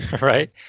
right